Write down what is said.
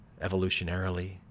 evolutionarily